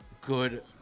good